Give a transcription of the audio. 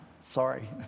Sorry